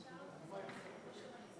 גברתי היושבת בראש, חברי חברי הכנסת,